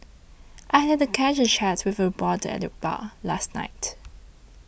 I had a casual chat with a reporter at the bar last night